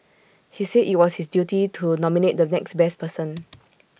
he said IT was his duty to nominate the next best person